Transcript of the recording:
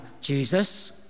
Jesus